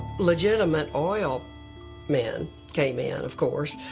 legitimate oil men came in, of course,